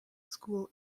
school